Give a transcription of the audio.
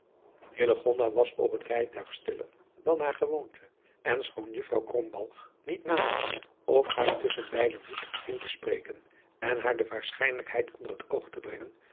was op het rijtuig stiller dan naar gewoonte en schoon juffrouw krombalg niet naliet om haar tusschen beide moed in te spreken en haar de waarschijnlijkheid onder het oog te brengen